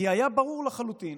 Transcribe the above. כי היה ברור לחלוטין